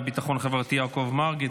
שר הרווחה והביטחון החברתי יעקב מרגי.